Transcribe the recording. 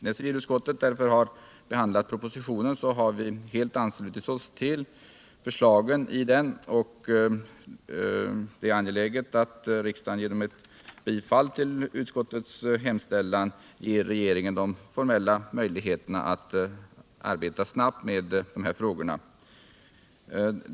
När vi i civilutskottet behandlat propositionen har vi helt anslutit oss till förslagen i den, och det är angeläget att riksdagen genom ett bifall till utskottets hemställan ger regeringen de formella möjligheterna att arbeta snabbt med frågorna.